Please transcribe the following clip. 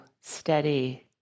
steady